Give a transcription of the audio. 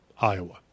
Iowa